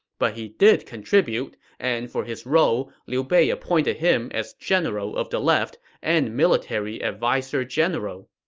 but he did contribute, and for his role, liu bei appointed him as general of the left and military adviser general